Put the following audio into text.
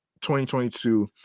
2022